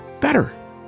better